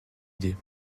idée